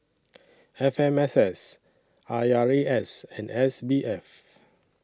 F M S S I R A S and S B F